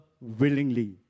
willingly